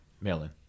mail-in